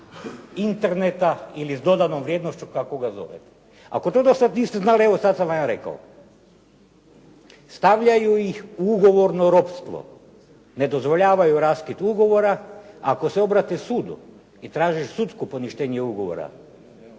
Interneta ili s dodanom vrijednošću kako ga zovete. Ako to do sada niste znali, evo sada sam vam ja rekao. Stavljaju ih u ugovorno ropstvo, ne dozvoljavaju raskid ugovora. Ako se obrate sudu i traže sudsko poništenje ugovora,